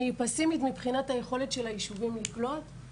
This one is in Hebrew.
אני פסימית מבחינת היכולת של הישובים לקלט,